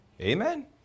Amen